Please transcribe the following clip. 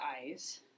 eyes